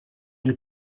und